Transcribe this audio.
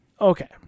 Okay